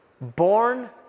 Born